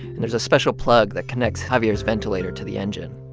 and there's a special plug that connects javier's ventilator to the engine.